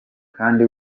kandi